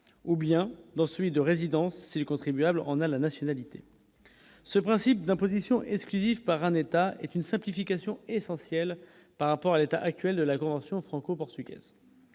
ou bien dans celui de résidence, c'est les contribuables en a la nationalité ce principe d'imposition et ceux qui disparaît un état est une simplification essentiel par rapport à l'état actuel de la grande franco-portugaise